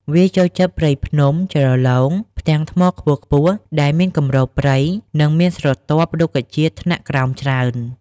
វាចូលចិត្តព្រៃភ្នំ ជ្រលង ផ្ទាំងថ្មខ្ពស់ៗ ដែលមានគម្របព្រៃ និងមានស្រទាប់ រុក្ខជាតិថ្នាក់ក្រោមច្រើន។